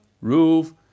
roof